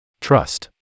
trust